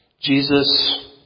Jesus